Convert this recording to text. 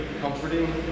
comforting